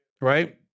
right